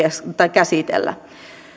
käsitellä